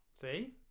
See